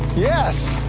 yes!